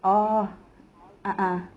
orh ah ah